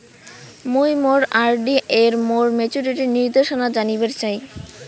মুই মোর আর.ডি এর মোর মেচুরিটির নির্দেশনা জানিবার চাই